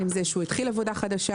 בין אם זה כשהוא התחיל עבודה חדשה,